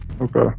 Okay